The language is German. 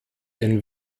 ein